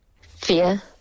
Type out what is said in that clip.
Fear